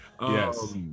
Yes